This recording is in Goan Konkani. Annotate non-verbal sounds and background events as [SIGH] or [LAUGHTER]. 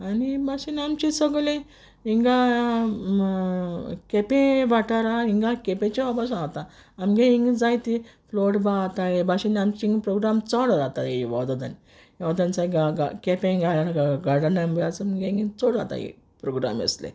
आनी हे भाशेन आमचें सगलें इंगा केपें वाठारांत इंगा केपेंची होबोर सांगोता आमगे इंग जायती [UNINTELLIGIBLE] जाताय हे भाशेन आमगे इंग प्रोग्राम चोड जाताय केपें [UNINTELLIGIBLE] गार्डनांत बीन आसून इंग चोड जाताय प्रोग्राम अेसले